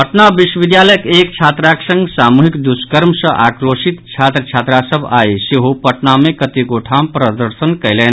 पटना विश्वविद्यालयक एक छात्राक संग सामूहिक द्वष्कर्म सँ आक्रोशित छात्र छात्रा सभ आइ सेहो पटना मे कतेको ठाम प्रदर्शन कयलनि